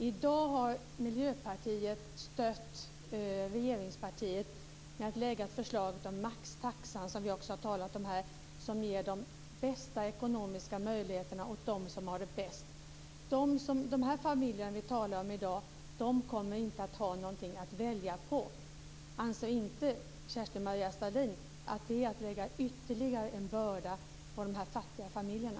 I dag har Miljöpartiet stött regeringspartiet genom att lägga fram förslaget om maxtaxan, som vi har talat om här, och som ger de bästa ekonomiska möjligheterna åt dem som har det bäst. De familjer som vi talar om i dag kommer inte att ha någonting att välja på. Anser inte Kerstin-Maria Stalin att det är att lägga ytterligare en börda på de fattiga familjerna?